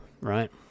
right